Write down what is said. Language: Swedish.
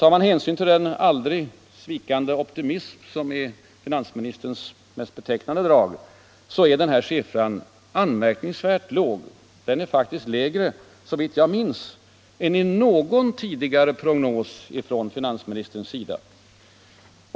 Tar man hänsyn till den aldrig svikande optimism som är finansministerns mest betecknande drag är denna siffra anmärkningsvärt låg. Den är faktiskt, såvitt jag minns, lägre än i någon tidigare prognos från finansministern.